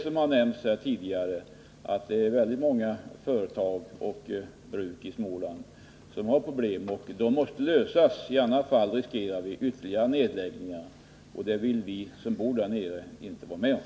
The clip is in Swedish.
Som har nämnts här tidigare har många företag och bruk i Småland problem. Dessa problem måste lösas skyndsamt. I annat fall riskerar vi ytterligare nedläggningar. Det vill vi som verkar i ”glasriket” inte vara med om.